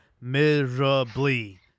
miserably